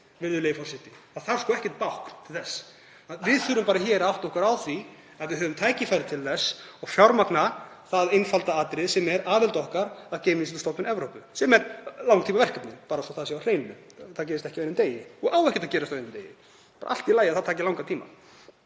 virðulegur forseti. Það þarf sko ekkert bákn til þess. Við þurfum bara að átta okkur á því að við höfum tækifæri til þess og fjármagna einfalt atriði sem er aðild okkar að Geimvísindastofnun Evrópu, sem er langtímaverkefni, bara svo það sé á hreinu. Það gerist ekki á einum degi og á ekki að gerast á einum degi, það er allt í lagi að það taki langan tíma.